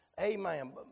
Amen